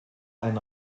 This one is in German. ein